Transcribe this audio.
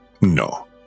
No